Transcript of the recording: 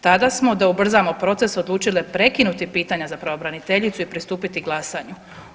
Tada smo da ubrzamo proces odlučile prekinuti pitanja pravobraniteljicu i pristupiti glasanju.